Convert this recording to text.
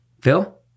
Phil